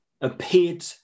appeared